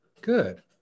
Good